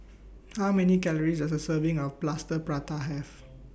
How Many Calories Does A Serving of Plaster Prata Have